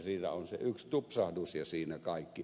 siinä on se yksi tupsahdus ja siinä kaikki